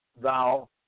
thou